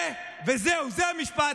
וזהו, זה המשפט.